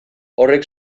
horrek